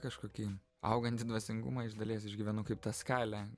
kažkokį augantį dvasingumą iš dalies išgyvenu kaip tą skalę